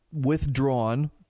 withdrawn